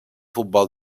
futbol